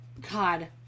God